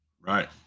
Right